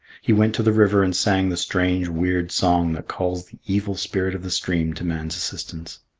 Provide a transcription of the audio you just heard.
he went to the river and sang the strange weird song that calls the evil spirit of the stream to man's assistance.